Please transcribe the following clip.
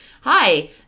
hi